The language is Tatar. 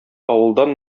авылдан